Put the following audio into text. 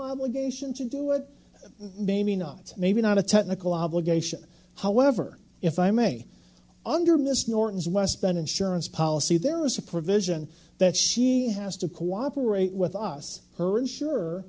obligation to do it maybe not maybe not a technical obligation however if i may under miss norton's west bend insurance policy there is a provision that she has to cooperate with us her ensure